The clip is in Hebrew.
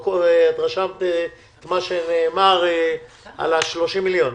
רשמת את מה שנאמר על ה-30 מיליון?